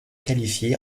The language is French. qualifié